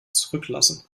zurücklassen